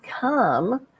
come